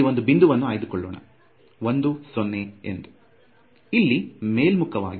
ಇಲ್ಲಿ ಒಂದು ಬಿಂದುವನ್ನು ಆಯ್ದುಕೊಳ್ಳೋಣ 10 ಎಂದು ಇಲ್ಲಿ ಮೇಲ್ಮುಖವಾಗಿ